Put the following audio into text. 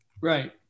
Right